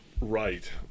Right